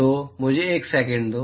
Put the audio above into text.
तो मुझे एक सेकंड दो